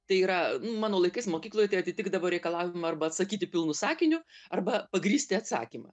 tai yra nu mano laikais mokykloj tai atitikdavo reikalavimą arba atsakyti pilnu sakiniu arba pagrįsti atsakymą